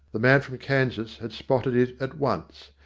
the man from kansas had spotted it at once.